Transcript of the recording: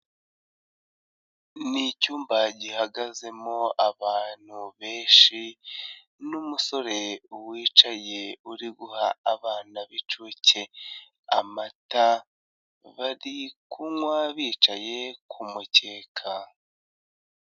Ni icyumba gihagazemo abantu benshi n'umusore wicaye uri guha abana b'inshuke amata, bari kunywa bicaye ku mukeka.